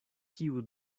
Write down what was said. kiu